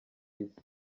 isi